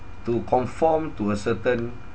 to conform to a certain